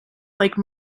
like